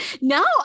No